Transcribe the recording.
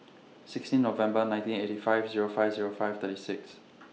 sixteen November nineteen eighty five Zero five Zero five thirty six